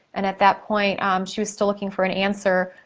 and at that point she was still looking for an answer.